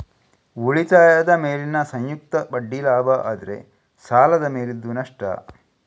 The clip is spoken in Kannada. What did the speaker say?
ಉಳಿತಾಯದ ಮೇಲಿನ ಸಂಯುಕ್ತ ಬಡ್ಡಿ ಲಾಭ ಆದ್ರೆ ಸಾಲದ ಮೇಲಿದ್ದು ನಷ್ಟ